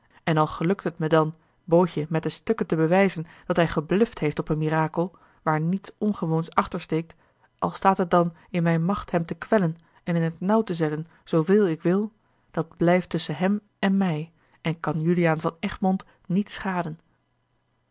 en al gelukt het mij dan bootje met de stukken te bewijzen dat hij gebluft heeft op een mirakel waar niets ongewoons achter steekt al staat het dan in mijne macht hem te kwellen en in t nauw te zetten zooveel ik wil dat blijft tusschen hem en mij en kan juliaan van egmond niet schaden